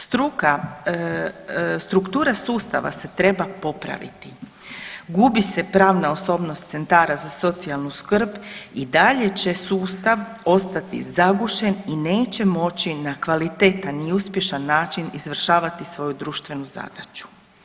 Struka, struktura sustava se treba popraviti, gubi se pravna osobnost centara za socijalnu skrb i dalje će sustav ostati zagušen i neće moći na kvalitetan i uspješan način izvršavati svoju društvenu zadaću.